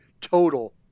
total